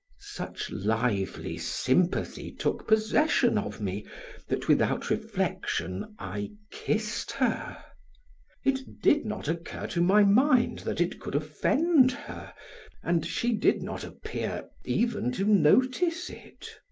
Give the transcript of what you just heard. such lively sympathy took possession of me that without reflection i kissed her it did not occur to my mind that it could offend her and she did not appear even to notice it.